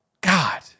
God